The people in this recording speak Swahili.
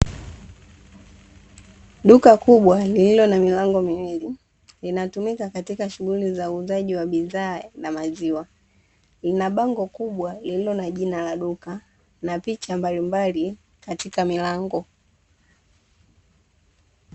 Duka kubwa lililo na milango miwili, linatumika katika shughuli za uuzaji wa bidhaa na maziwa. Lina bango kubwa lililo na jina la duka, na picha mbalimbali katika milango.